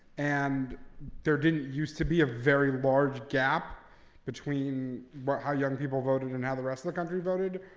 and there didn't used to be a very large gap between but how young people voted and how the rest of the country voted,